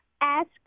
Ask